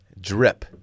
Drip